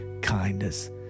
kindness